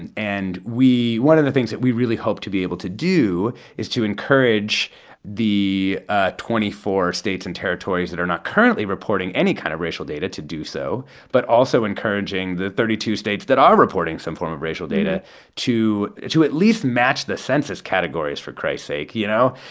and and we one of the things that we really hope to be able to do is to encourage the ah twenty four states and territories that are not currently reporting any kind of racial data to do so but also encouraging the thirty two states that are reporting some form of racial data to to at least match the census categories for christ sake, you know?